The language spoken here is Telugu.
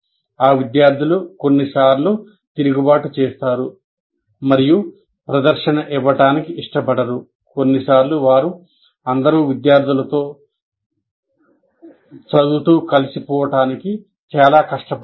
ఆ విద్యార్థులు కొన్నిసార్లు తిరుగుబాటు చేస్తారు మరియు ప్రదర్శన ఇవ్వడానికి ఇష్టపడరు కొన్నిసార్లు వారు అందరూ విద్యార్థులతో చదువు కలిసి పోవటానికి చాలా కష్టపడతారు